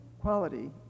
quality